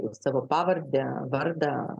savo pavardę vardą